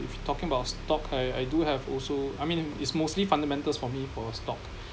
if talking about stock I I do have also I mean it's mostly fundamentals for me for stock